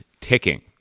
ticking